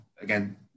Again